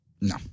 No